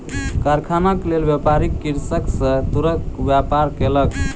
कारखानाक लेल, व्यापारी कृषक सॅ तूरक व्यापार केलक